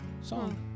song